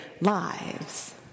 lives